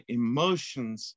emotions